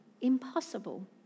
impossible